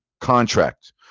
contract